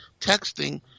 texting